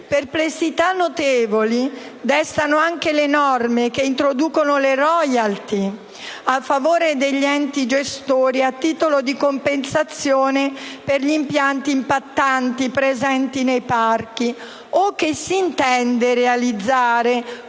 Perplessità notevoli destano anche le norme che introducono le *royalty* a favore degli enti gestori, a titolo di compensazione per gli impianti impattanti presenti nei parchi o che si intende realizzare,